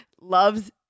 loves